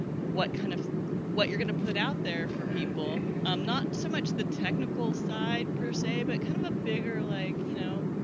what kind of what you're going to put out there for people? um not so much the technical side per se but kind of a bigger like, you know,